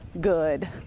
good